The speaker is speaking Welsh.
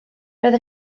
roedd